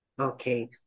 Okay